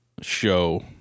show